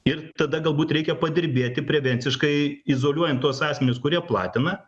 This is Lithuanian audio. ir tada galbūt reikia padirbėti prevenciškai izoliuojant tuos asmenis kurie platina